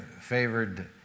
favored